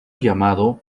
llamado